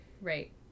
right